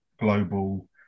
global